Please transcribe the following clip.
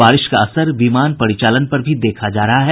बारिश का असर विमान परिचालन पर भी देखा जा रहा है